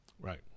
Right